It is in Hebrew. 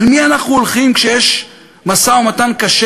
אל מי אנחנו הולכים כשיש משא-ומתן קשה